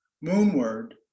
moonward